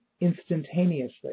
instantaneously